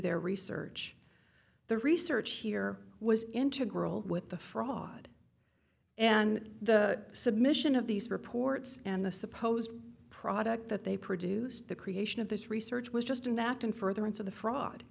their research the research here was integral with the fraud and the submission of these reports and the supposed product that they produced the creation of this research was just and that in furtherance of the fraud